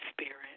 Spirit